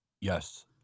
Yes